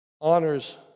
honors